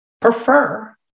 Prefer